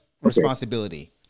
responsibility